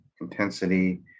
intensity